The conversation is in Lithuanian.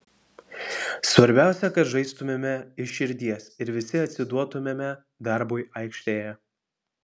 svarbiausia kad žaistumėme iš širdies ir visi atsiduotumėme darbui aikštėje